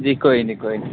जी कोई नी कोई नी